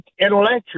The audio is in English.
intellectual